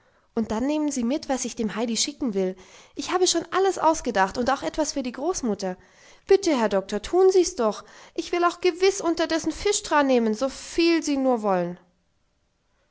und dann nehmen sie mit was ich dem heidi schicken will ich habe schon alles ausgedacht und auch etwas für die großmutter bitte herr doktor tun sie's doch ich will auch gewiß unterdessen fischtran nehmen soviel sie nur wollen